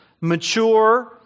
mature